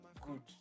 good